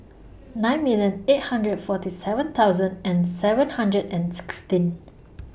nine million eight hundred forty seven thousand and seven hundred and sixteen